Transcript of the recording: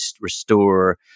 restore